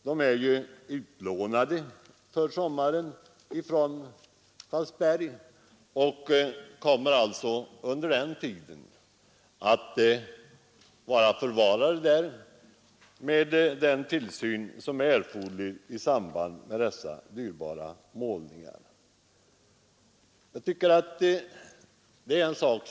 De är utlånade för sommaren från Karlberg och kommer att vara förvarade på Läckö med den tillsyn som är erforderlig när det gäller sådana dyrbara konstverk.